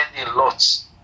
lots